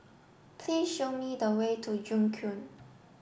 please show me the way to Joo Koon